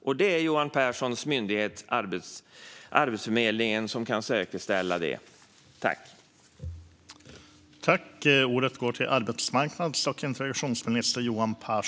Och det är Johan Pehrsons myndighet Arbetsförmedlingen som kan säkerställa att de finns.